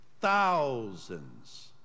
thousands